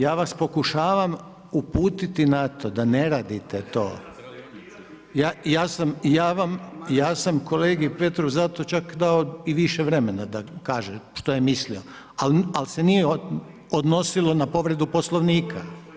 Ja vas pokušavam uputiti na to dane radite to, ja sam kolegi Petrovu zato čak dao i više vremena da kaže što je mislio ali se nije odnosilo na povredu Poslovnika.